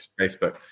Facebook